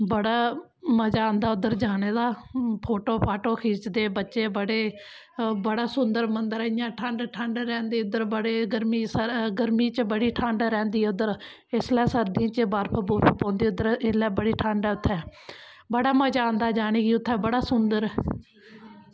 बड़ा मजा आंदा उद्धर जाने दा फोटो फाटो खिच्चदे बच्चे बड़े बड़ा सुन्दर मन्दर ऐ इ'यां ठंड ठंड रैंह्दी उद्धर बड़े गर्मी सा गर्मी च बड़ी ठंड रैंह्दी ऐ उद्धर इसलै सर्दियें च बर्फ बुर्फ पौंदी उद्धर इसलै बड़ी ठंड ऐ उत्थें बड़ा मज़ा आंदा जाने गी उत्थें बड़ा सुन्दर